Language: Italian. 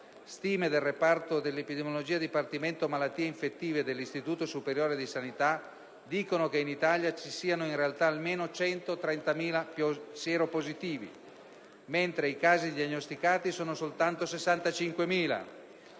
Stime del reparto di epidemiologia del dipartimento di malattie infettive dell'Istituto superiore di sanità dicono che in Italia esistono in realtà almeno 130.000 sieropositivi mentre i casi diagnosticati sono soltanto 65.000